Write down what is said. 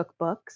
cookbooks